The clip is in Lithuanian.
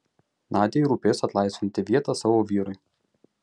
nadiai rūpės atlaisvinti vietą savo vyrui